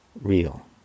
Real